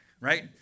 right